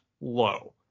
low